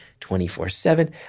24-7